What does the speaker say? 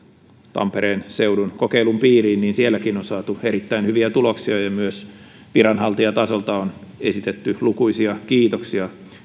tampereen seudun kokeilun piiriin on saatu erittäin hyviä tuloksia ja myös viranhaltijatasolta on esitetty lukuisia kiitoksia